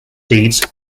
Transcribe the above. deeds